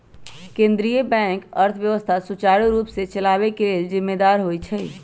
केंद्रीय बैंक अर्थव्यवस्था सुचारू रूप से चलाबे के लेल जिम्मेदार होइ छइ